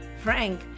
Frank